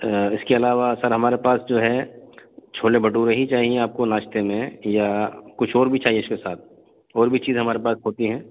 اس کے علاوہ سر ہمارے پاس جو ہے چھولے بھٹورے ہی چاہیے آپ کو ناشتے میں یا کچھ اور بھی چاہیے اس کے ساتھ اور بھی چیز ہمارے پاس ہوتی ہیں